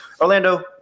Orlando